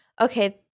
okay